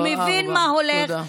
הוא מבין מה הולך,